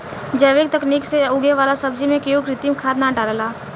जैविक तकनीक से उगे वाला सब्जी में कोई कृत्रिम खाद ना डलाला